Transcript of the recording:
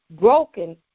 broken